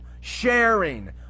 sharing